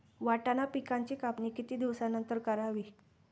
वाटाणा पिकांची कापणी किती दिवसानंतर करावी?